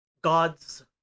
God's